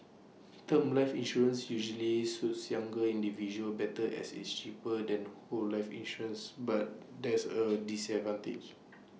term life insurance usually suit younger individuals better as it's cheaper than whole life insurance but there's are disadvantages